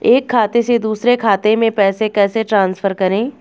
एक खाते से दूसरे खाते में पैसे कैसे ट्रांसफर करें?